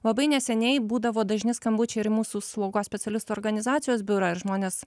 labai neseniai būdavo dažni skambučiai ir į mūsų slaugos specialistų organizacijos biurą ir žmonės